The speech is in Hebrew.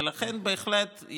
ולכן בהחלט,